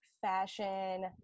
fashion